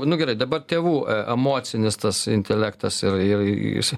nu gerai dabar tėvų emocinis tas intelektas ir ir jis